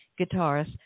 guitarist